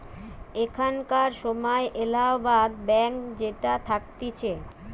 এখানকার সময় এলাহাবাদ ব্যাঙ্ক যেটা থাকতিছে